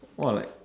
!wah! like